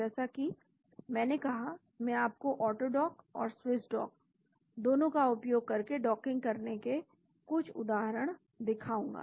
जैसा कि मैंने कहा मैं आपको ऑटोडॉक और स्विस डॉक दोनों का उपयोग करके डॉकिंग करने के कुछ उदाहरण दिखाऊंगा